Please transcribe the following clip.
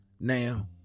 Now